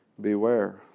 beware